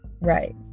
right